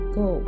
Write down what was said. go